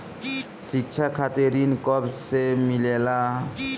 शिक्षा खातिर ऋण कब से मिलेला?